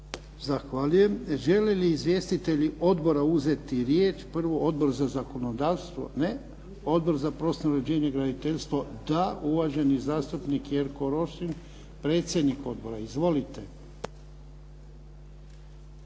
Zahvaljujem. Žele li izvjestitelji odbora uzeti riječ? Prvo Odbor za zakonodavstvo? Ne. Odbor za prostorno uređenje i graditeljstvo? Da. Uvaženi zastupnik Jerko Rošin predsjednik Odbora. Izvolite.